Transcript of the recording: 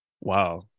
Wow